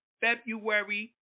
February